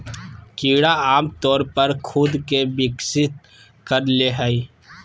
कीड़ा आमतौर पर खुद के विकसित कर ले हइ